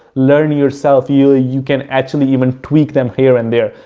learn yourself you, ah you can actually even tweak them here and there.